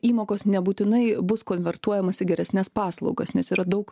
įmokos nebūtinai bus konvertuojamas į geresnes paslaugas nes yra daug